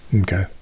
okay